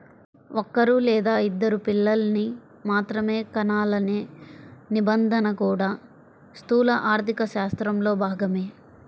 ఒక్కరూ లేదా ఇద్దరు పిల్లల్ని మాత్రమే కనాలనే నిబంధన కూడా స్థూల ఆర్థికశాస్త్రంలో భాగమే